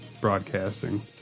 broadcasting